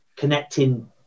connecting